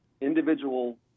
individual